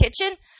kitchen